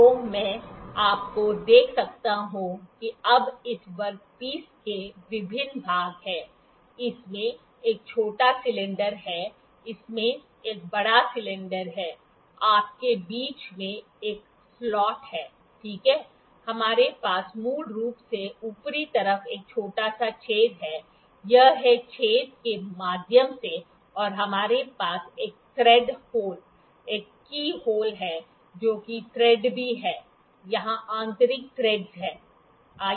तो मैं आपको देख सकता हूं कि अब इस वर्कपीस के विभिन्न भाग हैं इसमें एक छोटा सिलेंडर है इसमें एक बड़ा सिलेंडर है आपके बीच में एक स्लॉट है ठीक है हमारे पास मूल रूप से ऊपरी तरफ एक छोटा सा छेद है यह है छेद के माध्यम से और हमारे पास एक थ्रेड होल एक कीहोल है जो कि थ्रेड भी है यहां आंतरिक थ्रेडस है